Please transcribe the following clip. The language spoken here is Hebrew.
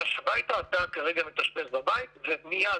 גש הביתה, אתה כרגע מתאשפז בבית מיד